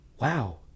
wow